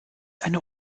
eine